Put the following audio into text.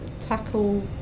tackle